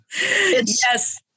Yes